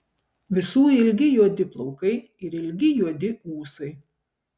visų ilgi juodi plaukai ir ilgi juodi ūsai